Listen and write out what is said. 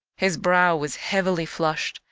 his brow was heavily flushed,